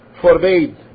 forbade